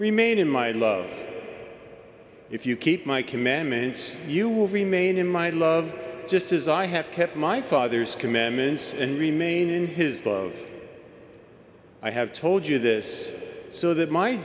remain in my love if you keep my commandments you will remain in my love just as i have kept my father's commandments and remain in his love i have told you this so that m